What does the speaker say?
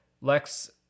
Lex